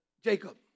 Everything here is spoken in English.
Jacob